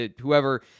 whoever